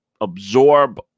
absorb